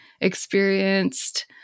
experienced